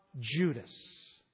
Judas